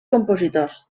compositors